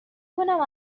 کنم